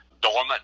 dormant